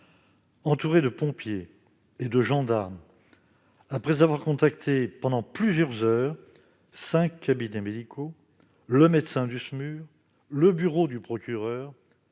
Entouré de pompiers et de gendarmes, après avoir contacté, pendant plusieurs heures, cinq cabinets médicaux, le médecin du SMUR (structure